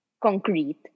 concrete